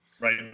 Right